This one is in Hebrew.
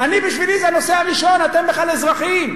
אני, בשבילי זה הנושא הראשון, אתם בכלל אזרחים,